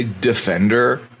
defender